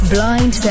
Blind